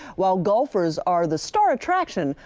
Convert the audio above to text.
while golfers are the star attraction,